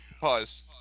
Pause